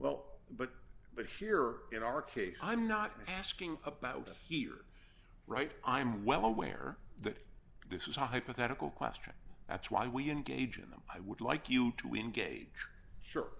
well but but here in our case i'm not asking about it here right i'm well aware that this is a hypothetical question that's why we engage in them i would like you to engage sure